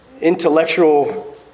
intellectual